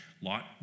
Lot